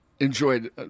Enjoyed